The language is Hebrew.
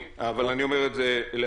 למשה בר סימן טוב, אבל אני אומר את זה לעצמנו.